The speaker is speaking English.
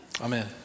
Amen